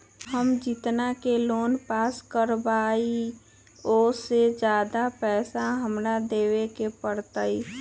हम जितना के लोन पास कर बाबई ओ से ज्यादा पैसा हमरा देवे के पड़तई?